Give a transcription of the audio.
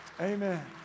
Amen